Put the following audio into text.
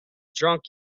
drunk